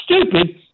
stupid